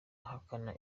ihakana